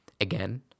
again